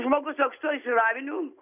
žmogus su aukštuoju išsilavinimu